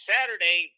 Saturday